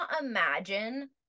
imagine